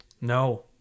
No